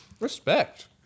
Respect